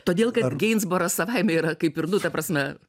todėl kad geinsboras savaime yra kaip ir nu ta prasme